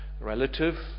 relative